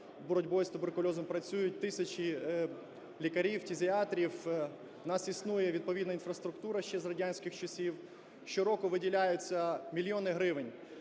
боротьбою з туберкульозом працюють тисячі лікарів-фтизіатрів, у нас існує відповідна інфраструктура ще з радянських часів, щороку виділяється мільйони гривень.